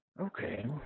Okay